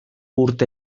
urte